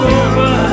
over